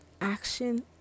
action